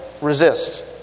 resist